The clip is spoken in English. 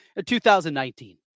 2019